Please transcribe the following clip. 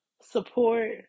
support